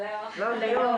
לא.